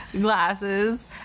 glasses